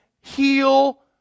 heal